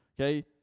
okay